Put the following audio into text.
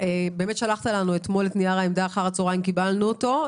שלחת לנו אתמול את נייר העמדה, קבלנו אותו.